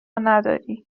نداری